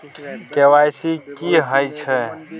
KYC की हय छै?